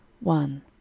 one